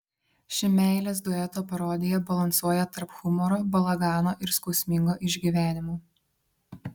ši meilės dueto parodija balansuoja tarp humoro balagano ir skausmingo išgyvenimo